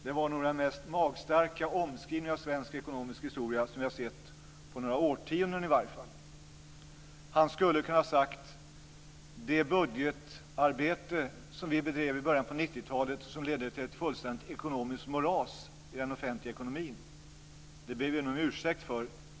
Det var nog den mest magstarka omskrivning av svensk ekonomisk historia som vi har sett på i varje fall några årtionden. Han skulle ha kunnat säga: Vi ber nu om ursäkt för det budgetarbete som vi bedrev i början på 90-talet och som ledde till ett fullständigt ekonomiskt moras i den offentliga ekonomin.